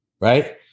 Right